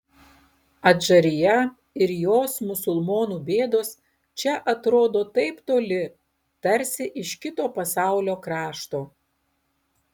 adžarija ir jos musulmonų bėdos čia atrodo taip toli tarsi iš kito pasaulio krašto